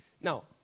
Now